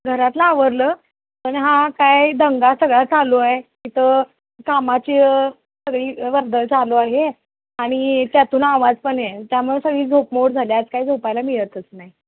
घरातलं आवरलं पण हा काय दंगा सगळा चालू आहे तिथं कामाची सगळी वर्दळ चालू आहे आणि त्यातून आवाज पण आहे त्यामुळे सगळी झोपमोड झाल्या आज काय झोपायला मिळतच नाही